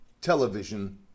television